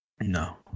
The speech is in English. No